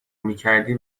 میکردی